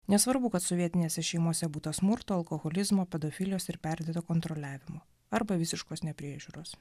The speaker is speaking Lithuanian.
nesvarbu kad sovietinėse šeimose būta smurto alkoholizmo pedofilijos ir perdėto kontroliavimo arba visiškos nepriežiūros